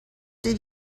did